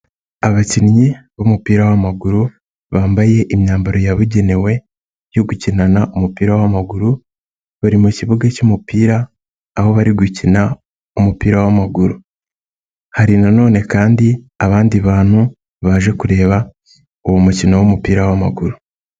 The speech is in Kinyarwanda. Abakinnyi b'umupira w'amaguru bambaye imyambaro yabugenewe yo gukinana umupira w'amaguru, bari mu kibuga cy'umupira aho bari gukina umupira w'amaguru, hari nanone kandi abandi bantu baje kureba uwo mukino w'umupira w'amaguru.